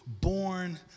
born